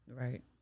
Right